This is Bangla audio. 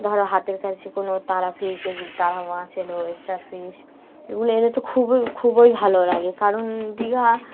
ধরো হাতের কাছে কোনো তারা ফিশ এগুলো তার মাচ এলো স্টার ফিশ এগুলো এলে তো খুবই খুবই ভালো লাগে কারণ দীঘা